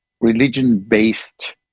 religion-based